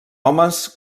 homes